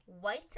white